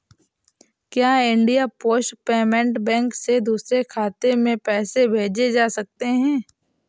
क्या India post payment bank से दूसरे खाते में पैसे भेजे जा सकते हैं?